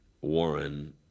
Warren